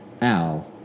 Al